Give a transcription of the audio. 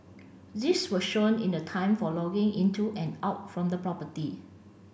this was shown in the time for logging into and out from the property